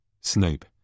Snape